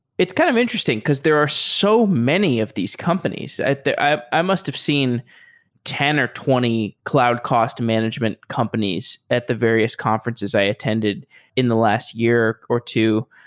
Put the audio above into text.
it's kind of interesting, because there are so many of these companies. i i i must've seen ten or twenty cloud cost management companies at the various conferences i attended in the last year or two.